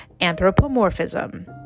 anthropomorphism